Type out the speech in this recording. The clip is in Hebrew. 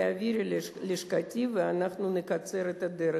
תעבירי ללשכתי ואנחנו נקצר את הדרך.